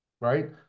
right